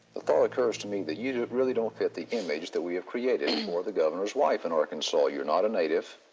the thought occurs to me that you really don't fit the image that we have created for the governor's wife in arkansas. you're not a native.